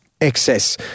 excess